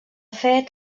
fet